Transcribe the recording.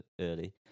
early